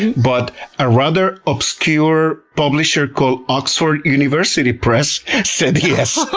but a rather obscure publisher called oxford university press said yes,